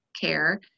care